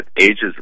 ages